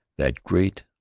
that great,